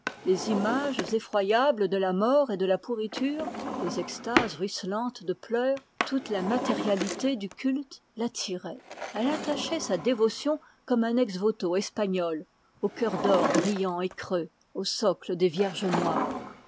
les images effroyables de la mort et la pourriture les extases ruisselantes de pleurs toute la matérialité du culte l'attiraient elle attachait sa dévotion comme un ex-voto espagnol un cœur d'or brillant et creux au socle des vierges noires